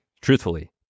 truthfully